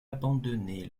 abandonné